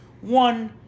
One